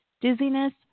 dizziness